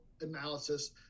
analysis